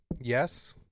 yes